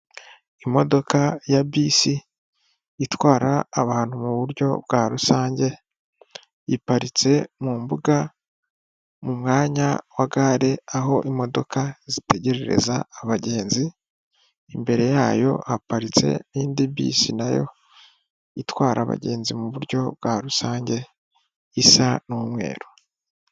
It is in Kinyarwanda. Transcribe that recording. Imodoka ya bisi itwara abantu muburyo bwa rusange iparitse mu mbuga, mu mwanya wa gare aho imodoka zitegerereza abagenzi imbere yayo haparitse indi bisi nayo itwara abagenzi muburyo bwa rusange isa n'umweru.